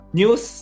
news